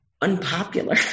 unpopular